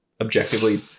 objectively